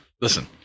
listen